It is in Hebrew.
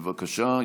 בבקשה.